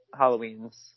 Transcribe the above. Halloweens